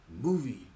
movie